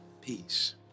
Peace